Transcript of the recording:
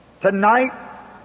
Tonight